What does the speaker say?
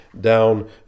down